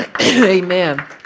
amen